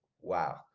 wow